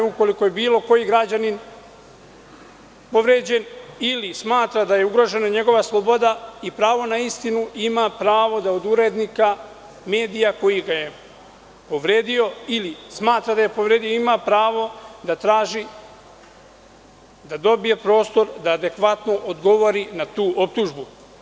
Ukoliko je bilo koji građanin povređen ili smatra da je ugrožena njegova sloboda i pravo na istinu ima pravo da od urednika medija koji ga je povredio, ili smatra da je povredio, ima pravo da traži, da dobije prostor da adekvatno odgovori na tu optužbu.